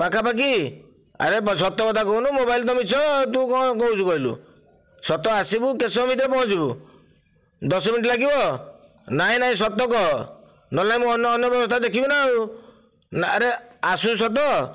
ପାଖାପାଖି ଆରେ ସତ କଥା କହୁନୁ ମୋବାଇଲ ତ ମିଛ ତୁ କଣ କହୁଛୁ କହିଲୁ ସତ ଆସିବୁ କେତେ ସମୟ ଭିତରେ ପହଞ୍ଚିବୁ ଦଶ ମିନିଟ୍ ଲାଗିବ ନାଇଁ ନାଇଁ ସତ କହ ନହେଲେ ନାଇଁ ମୁଁ ଅନ୍ୟ ଅନ୍ୟ ବ୍ୟବସ୍ଥା ଦେଖିବି ନା ଆଉ ଆରେ ଆସିବୁ ସତ